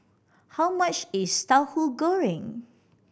how much is Tahu Goreng